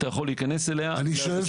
אתה יכול להיכנס אליה ולקבל.